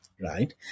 right